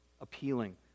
appealing